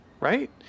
right